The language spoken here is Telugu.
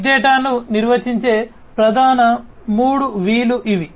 బిగ్ డేటాను నిర్వచించే ప్రధాన 3 V లు ఇవి